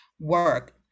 work